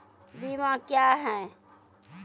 बीमा क्या हैं?